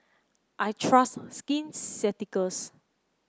I trust Skin Ceuticals